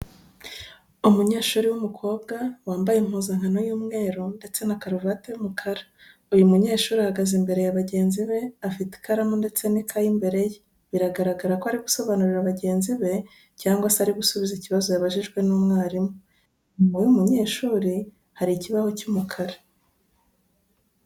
Umunyeshuri w'umukobwa wambaye impuzankano y'umweru ndetse na karuvate y'umukara, uyu munyeshuri ahagaze imbere ya bagenzi be afite ikaramu ndetse n'ikaye imbere ye, biragaragara ko ari gusobanurira bagenzi be cyangwa se ari gusubiza ikibazo yabajijwe n'umwarimu. Inyuma y'uwo munyeshuri hari ikibaho cy'umukara.